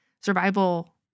survival